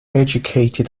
educated